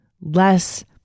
less